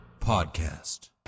Podcast